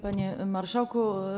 Panie Marszałku!